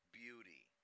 beauty